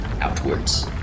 outwards